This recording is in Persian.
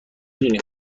دونی